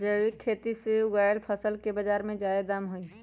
जैविक खेती से उगायल फसल के बाजार में जादे दाम हई